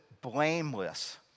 blameless